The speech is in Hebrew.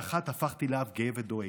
באחת הפכתי לאב גאה ודואג.